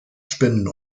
spinnen